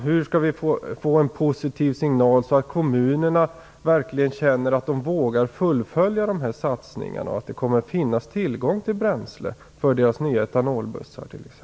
Hur skall vi få en positiv signal, så att kommunerna verkligen känner att de vågar fullfölja satsningarna och för att det skall finnas tillgång till bränsle för deras nya etanolbussar t.ex.?